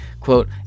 Quote